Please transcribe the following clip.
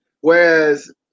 Whereas